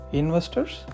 investors